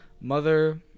mother